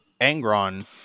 Angron